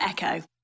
Echo